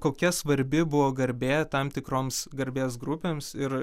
kokia svarbi buvo garbė tam tikroms garbės grupėms ir